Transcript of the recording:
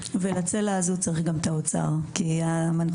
לצלע הזאת צריך גם את משרד האוצר כי המנכ"לית